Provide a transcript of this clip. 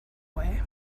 way